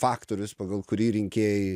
faktorius pagal kurį rinkėjai